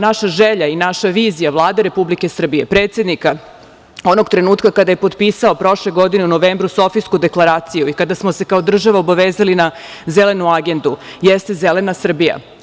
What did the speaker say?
Naša želja i naša vizija Vlade Republike Srbije, predsednika, onog trenutka kada je potpisao prošle godine u novembru Sofijsku deklaraciju, kada smo se kao država obavezali na zelenu agendu, jeste zelena Srbija.